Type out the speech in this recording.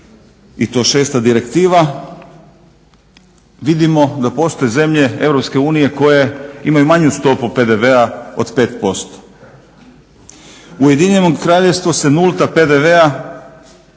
i to 6. direktiva, vidimo da postoje zemlje Europske unije koje imaju manju stopu PDV-a od 5%. U Ujedinjenom kraljevstvu se nulta stopa